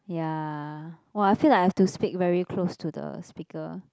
ya !wah! I feel like I have to speak very close to the speaker